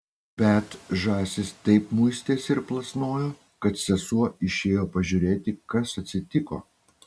bet žąsis taip muistėsi ir plasnojo kad sesuo išėjo pažiūrėti kas atsitiko